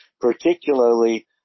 particularly